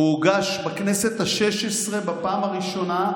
הוא הוגש בכנסת השש-עשרה בפעם הראשונה,